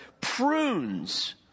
prunes